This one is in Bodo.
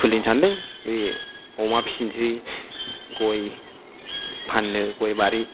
खुलिनो सानदों बे अमा फिसिसै गय फान्नो गय बारि